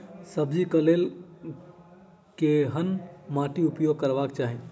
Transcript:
सब्जी कऽ लेल केहन माटि उपयोग करबाक चाहि?